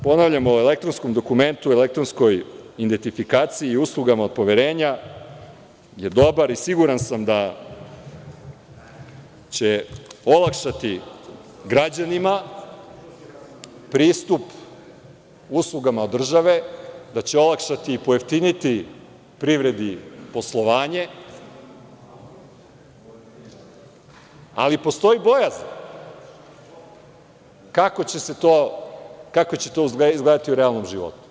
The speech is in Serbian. Ponavljam, Zakon o elektronskom dokumentu, elektronskoj identifikaciji i uslugama od poverenja je dobar i siguran sam da će olakšati građanima pristup uslugama države, da će olakšati i pojeftiniti privredi poslovanje, ali postoji bojazan kako će to izgledati u realnom životu.